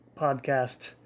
podcast